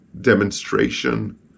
demonstration